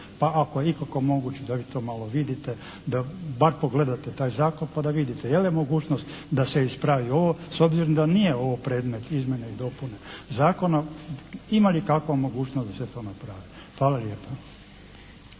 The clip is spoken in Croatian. Pa ako je ikako moguće da vi to malo vidite, da bar pogledate taj zakon pa da vidite je li mogućnost da se ispravi ovo. S obzirom da nije ovo predmet izmjene i dopune zakona ima li kakva mogućnost da se to napravi. Hvala lijepa.